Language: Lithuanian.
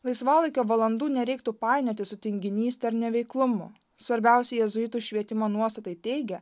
laisvalaikio valandų nereiktų painioti su tinginyste ar neveiklumu svarbiausi jėzuitų švietimo nuostatai teigia